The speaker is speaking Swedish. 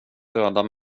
dödade